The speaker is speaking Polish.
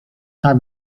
tak